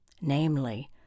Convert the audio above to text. namely